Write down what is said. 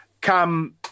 Come